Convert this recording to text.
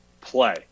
play